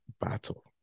battle